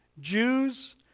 Jews